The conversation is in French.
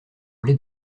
blé